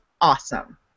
awesome